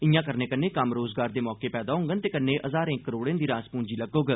इयां करने कन्नै कम्म रोज़गार दे मौके पैदा होंडन ते कन्नै हजारें करोड़ें दी रास पूंजी लग्गोग